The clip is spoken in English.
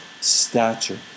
stature